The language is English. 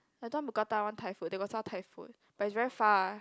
I don't want Mookata I want Thai food they got sell Thai food but it's very far